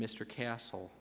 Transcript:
mr castle